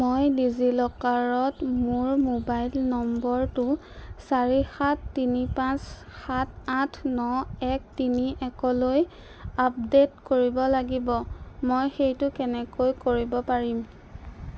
মই ডিজিলকাৰত মোৰ মোবাইল নম্বৰটো চাৰি সাত তিনি পাঁচ সাত আঠ ন এক তিনি একলৈ আপডেট কৰিব লাগিব মই সেইটো কেনেকৈ কৰিব পাৰিম